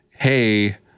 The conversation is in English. hey